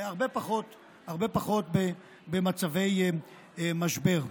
הרבה פחות במצבי משבר.